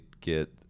get